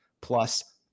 plus